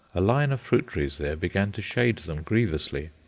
a line of fruit-trees there began to shade them grievously.